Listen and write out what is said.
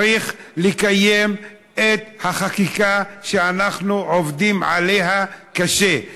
צריך לקיים את החקיקה שאנחנו עובדים עליה קשה,